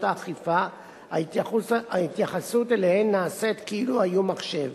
האכיפה ההתייחסות אליהם נעשית כאילו היו מחשב.